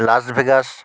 Las Vegas